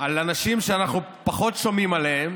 על אנשים שאנחנו פחות שומעים עליהם,